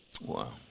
Wow